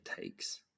takes